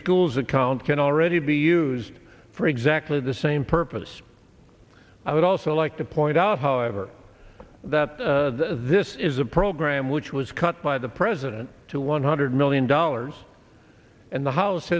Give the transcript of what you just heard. schools account can already be used for exactly the same purpose i would also like to point out however that this is a program which was cut by the president to one hundred million dollars and the house